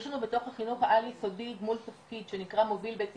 יש לנו בתוך החינוך העל-יסודי תפקיד שנקרא מוביל בית ספרי,